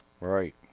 Right